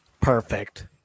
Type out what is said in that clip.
Perfect